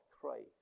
Christ